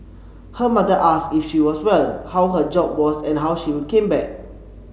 her mother asked if she was well how her job was and when she would came back